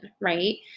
right